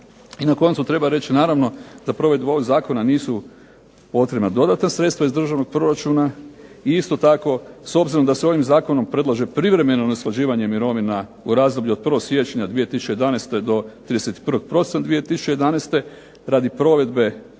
I na koncu treba reći naravno da provedbu ovog zakona nisu potrebna dodatna sredstva iz državnog proračuna i isto tako s obzirom da se ovim zakonom predlaže privremeno usklađivanje mirovina u razdoblju od 1. siječnja 2011. do 31. prosinca 2011. radi provedbe